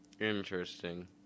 Interesting